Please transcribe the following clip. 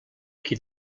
qui